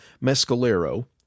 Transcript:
mescalero